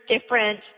different